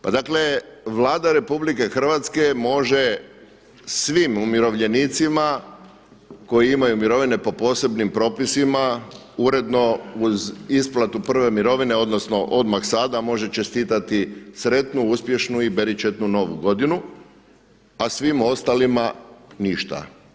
Pa dakle, Vlada Republike Hrvatske može svim umirovljenicima koji imaju mirovine po posebnim propisima uredno uz isplatu prve mirovine odnosno odmah sada, može čestitati sretnu, uspješnu i beričetnu novu godinu, a svim ostalima ništa.